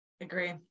Agree